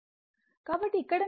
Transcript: కాబట్టి ఇక్కడ నుండి cos θ 0